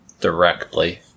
directly